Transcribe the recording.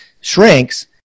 shrinks